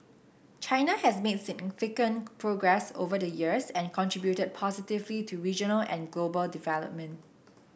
China has made significant progress over the years and contributed positively to regional and global development